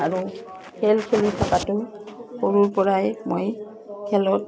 আৰু খেল খেলি থকাতো সৰুৰপৰাই মই খেলত